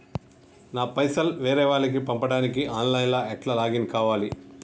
నా పైసల్ వేరే వాళ్లకి పంపడానికి ఆన్ లైన్ లా ఎట్ల లాగిన్ కావాలి?